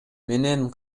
менен